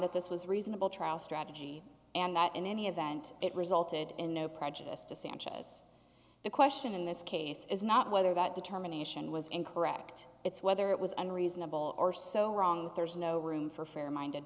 that this was a reasonable trial strategy and that in any event it resulted in no prejudice to sanchez the question in this case is not whether that determination was incorrect its whether it was unreasonable or so wrong that there's no room for fair minded